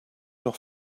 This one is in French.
leur